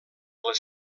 les